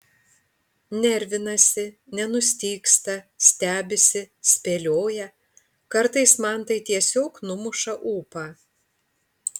nervinasi nenustygsta stebisi spėlioja kartais man tai tiesiog numuša ūpą